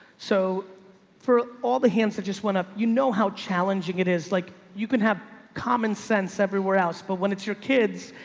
so for all the hands that just went up, you know how challenging it is? like you can have common sense everywhere else, but when it's your kids,